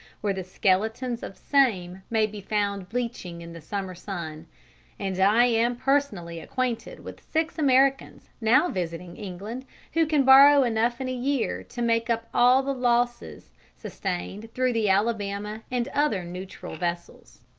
where the skeletons of same may be found bleaching in the summer sun and i am personally acquainted with six americans now visiting england who can borrow enough in a year to make up all the losses sustained through the alabama and other neutral vessels.